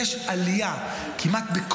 יש עלייה כמעט,